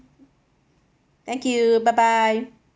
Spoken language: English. thank you bye bye